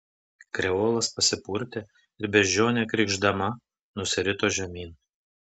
kreolas pasipurtė ir beždžionė krykšdama nusirito žemyn